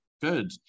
good